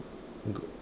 good